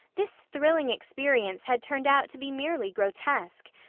this thrilling experience had turned out to be merely grotesque.